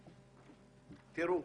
תראו,